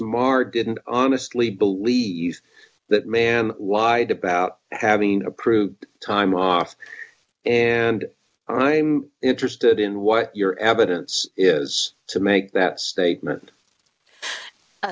didn't honestly believe that man wide about having approved time off and i'm interested in what your evidence is to make that statement